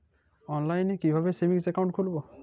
অনলাইনে কিভাবে savings account খুলবো?